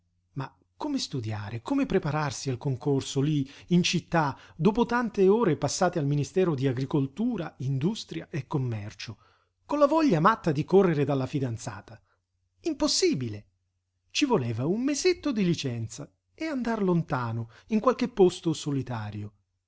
ma come studiare come prepararsi al concorso lí in città dopo tante ore passate al ministero di agricoltura industria e commercio con la voglia matta di correre dalla fidanzata impossibile ci voleva un mesetto di licenza e andar lontano in qualche posto solitario